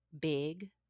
big